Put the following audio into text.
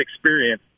experience